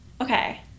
Okay